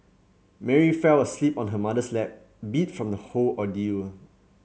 Mary fell asleep on her mother's lap beat from the whole ordeal